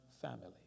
family